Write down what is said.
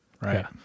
right